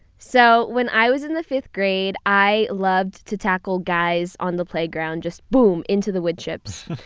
so when i was in the fifth grade, i loved to tackle guys on the playground. just boom, into the wood chips.